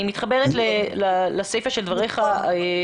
אני מתחברת לסיפה של דבריך.